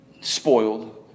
spoiled